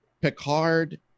picard